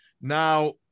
now